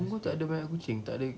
punggol takde banyak kucing takde